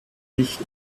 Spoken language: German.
nicht